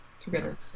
together